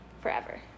forever